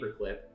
Paperclip